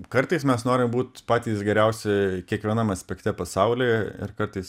kartais mes norim būt patys geriausi kiekvienam aspekte pasaulyje ir kartais